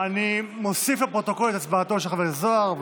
אני מוסיף לפרוטוקול את הצבעתו של חבר הכנסת זוהר,